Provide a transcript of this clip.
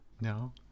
No